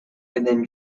within